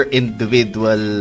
individual